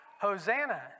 Hosanna